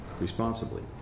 responsibly